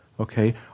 Okay